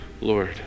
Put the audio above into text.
Lord